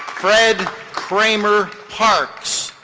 fred kramer parks,